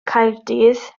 caerdydd